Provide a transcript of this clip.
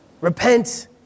Repent